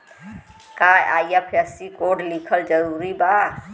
का IFSC code लिखल जरूरी बा साहब?